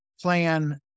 plan